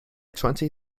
twenty